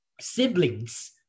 siblings